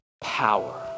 power